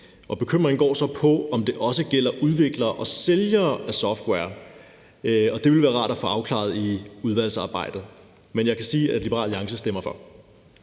Bekymringen går så på, om det også gælder udviklere og sælgere af software, og det ville være rart at få afklaret i udvalgsarbejdet. Men jeg kan sige, at Liberal Alliance stemmer for.